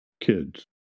kids